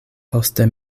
poste